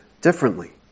differently